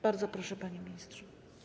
Bardzo proszę, panie ministrze.